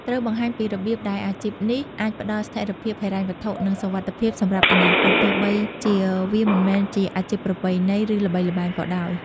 ត្រូវបង្ហាញពីរបៀបដែលអាជីពនេះអាចផ្ដល់ស្ថិរភាពហិរញ្ញវត្ថុ និងសុវត្ថិភាពសម្រាប់អនាគត ទោះបីជាវាមិនមែនជាអាជីពប្រពៃណី ឬល្បីល្បាញក៏ដោយ។